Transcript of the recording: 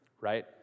right